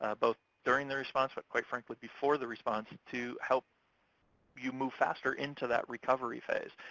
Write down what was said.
ah both during the response, but quite frankly before the response to help you move faster into that recovery phase.